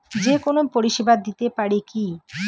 যে কোনো পরিষেবা দিতে পারি কি?